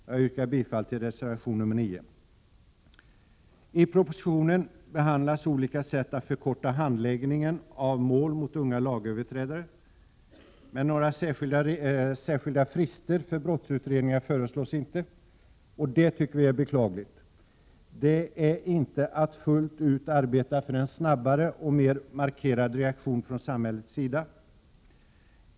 Jag yrkar bifall till reservation 9. I propositionen behandlas olika sätt att förkorta handläggningen av mål mot unga lagöverträdare. Men några särskilda frister för brottsutredningar föreslås inte, och det tycker vi är beklagligt. Det är inte att fullt ut arbeta för en snabbare och mera markerad reaktion från samhällets sida.